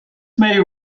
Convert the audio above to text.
may